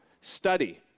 study